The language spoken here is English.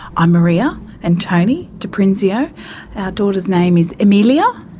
i'm maria, and tony de prinzio, our daughter's name is emilia.